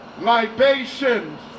libations